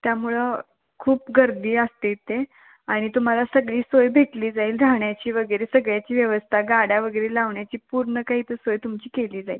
त्यामुळं खूप गर्दी असते इथे आणि तुम्हाला सगळी सोय भेटली जाईल झाहण्याची वगैरे सगळ्याची व्यवस्था गाड्या वगैरे लावण्याची पूर्ण काही इथं सोय तुमची केली जाईल